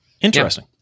Interesting